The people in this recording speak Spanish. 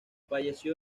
falleció